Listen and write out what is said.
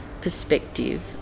perspective